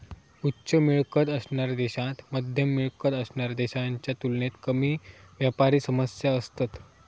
उच्च मिळकत असणाऱ्या देशांत मध्यम मिळकत असणाऱ्या देशांच्या तुलनेत कमी व्यापारी समस्या असतत